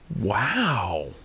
Wow